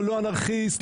לא אנרכיסט,